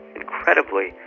incredibly